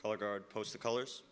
color guard post the colors